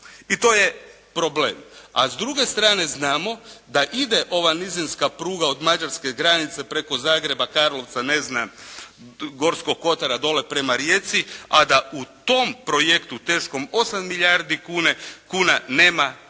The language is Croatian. I to je problem. A s druge strane znamo da ide ova nizinska pruga od mađarske granice preko Zagreba, Karlovca, ne znam Gorskog kotara dole prema Rijeci, a da u tom projektu teškom 8 milijardi kuna nema tunela